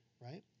right